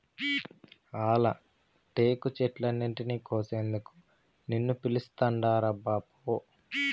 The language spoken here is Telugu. ఆల టేకు చెట్లన్నింటినీ కోసేందుకు నిన్ను పిలుస్తాండారబ్బా పో